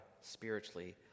spiritually